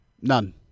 None